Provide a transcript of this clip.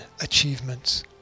achievements